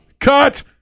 Cut